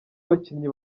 bakinnyi